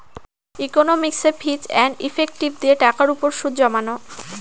ইকনমিকসে ফিচ and effective দিয়ে টাকার উপর সুদ জমানো